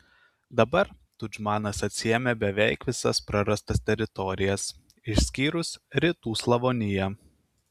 dabar tudžmanas atsiėmė beveik visas prarastas teritorijas išskyrus rytų slavoniją